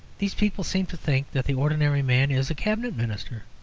these people seem to think that the ordinary man is a cabinet minister.